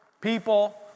people